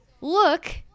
look